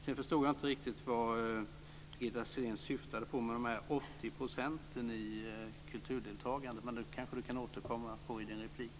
Sedan förstod jag inte riktigt vad Birgitta Sellén syftade på med dessa 80 % i kulturdeltagande, men det kan hon kanske återkomma till i sin replik.